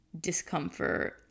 discomfort